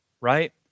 right